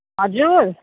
हजुर